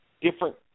different